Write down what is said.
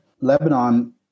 Lebanon